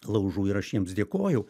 laužų ir aš jiems dėkojau